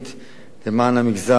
למען המגזר הערבי,